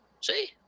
See